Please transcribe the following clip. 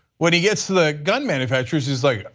when he gets to the gun manufacturers he's like,